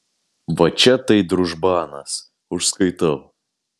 va čia tai družbanas užskaitau